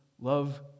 love